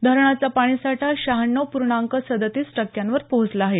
धरणाचा पाणी साठा शहाण्णव पूर्णांक सदतीस टक्क्यांवर पोहोचला आहे